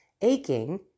aching